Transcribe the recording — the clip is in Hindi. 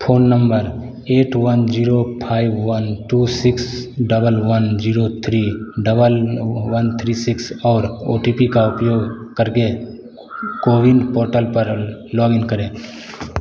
phone number eight one zero five one two six double one zero three double one three six और ओ टी पी का उपयोग करके कोविन पोर्टल पर लॉग इन करें